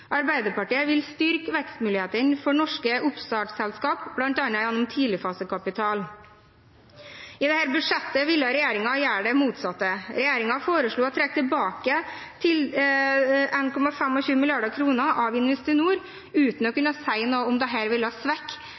Arbeiderpartiet vil styrke vekstmulighetene for norske oppstartsselskap, bl.a. gjennom tidligfasekapital. I dette budsjettet vil regjeringen gjøre det motsatte. Regjeringen foreslår å trekke tilbake 1,25 mrd. kr fra Investinor, uten å kunne si noe om